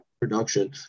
production